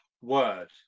word